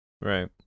Right